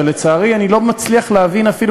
אבל לצערי אני לא מצליח להסביר אפילו